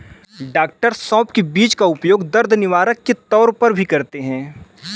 डॉ सौफ के बीज का उपयोग दर्द निवारक के तौर पर भी करते हैं